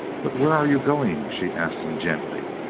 but where are you going? she asked him gently.